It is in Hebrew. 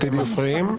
אתם מפריעים.